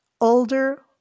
older